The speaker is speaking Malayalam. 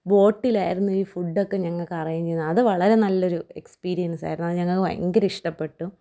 ബോട്ടിലായിരുന്നു ഈ ഫുഡ്ഡൊക്കെ ഞങ്ങള്ക്ക് അറേഞ്ചേയ്ത അത് വളരെ നല്ലൊരു എക്സ്സ്പീരിയൻസായിരുന്നു അത് ഞങ്ങള്ക്ക് ഭയങ്കര ഇഷ്ടപ്പെട്ടു